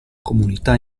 comunità